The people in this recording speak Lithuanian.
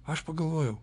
aš pagalvojau